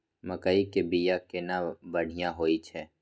मकई के बीया केना बढ़िया होय छै?